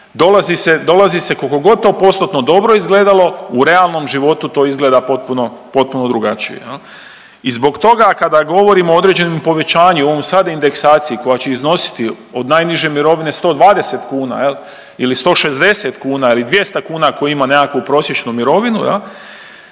dolazi se koliko god to postotno dobro izgledalo u realnom životu to izgleda potpuno, potpuno drugačije jel. I zbog toga kada govorimo o određenom povećanju i ovom sad indeksaciji koja će iznositi od najniže mirovine 120 kuna jel ili 160 kuna ili 200 kuna tko ima nekakvu prosječnu mirovinu